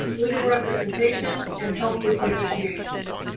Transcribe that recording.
legal representation, and help with negotiations.